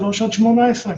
מגיל 3 עד גיל 18,